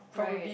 right